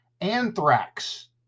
Anthrax